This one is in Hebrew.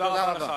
תודה רבה.